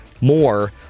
more